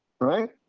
Right